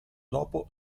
dopo